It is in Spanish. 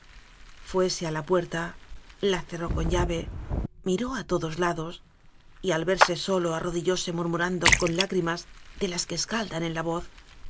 fuese a la puerta la cerró con llave miró a todos lados y al verse solo arrodillóse murmurando con lagrimas de lasque escaldan en la voz